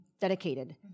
dedicated